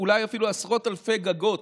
אולי אפילו עשרות אלפי גגות,